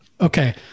Okay